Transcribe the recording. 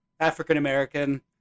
African-American